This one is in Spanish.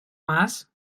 más